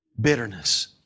Bitterness